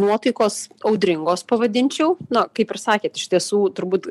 nuotaikos audringos pavadinčiau na kaip ir sakėt iš tiesų turbūt